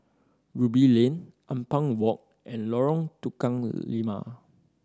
Ruby Lane Ampang Walk and Lorong Tukang Lima